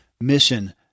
mission